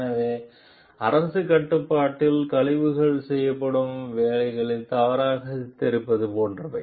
எனவே அரசு கட்டுப்பாட்டில் கழிவுகள் செய்யப்படும் வேலையில் தவறாக சித்தரிப்பது போன்றவை